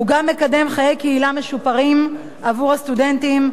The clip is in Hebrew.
הם גם מקדמים חיי קהילה משופרים עבור הסטודנטים והתושבים,